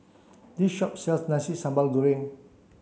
this shop sells Nasi Sambal Goreng